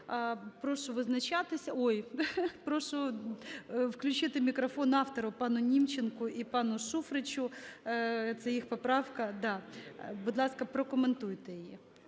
Прошу визначатися. Ой, прошу включити мікрофон автору – пану Німченку і пану Шуфричу, це їх поправка, да. Будь ласка, прокоментуйте її.